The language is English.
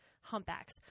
humpbacks